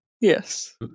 yes